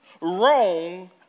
wrong